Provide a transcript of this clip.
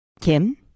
Kim